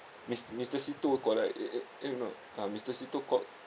mis~ mister szeto collect eh eh eh no ah mister szeto called